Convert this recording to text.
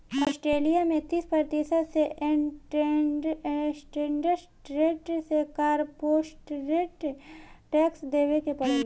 Australia में तीस प्रतिशत के स्टैंडर्ड रेट से कॉरपोरेट टैक्स देबे के पड़ेला